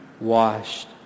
washed